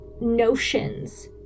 notions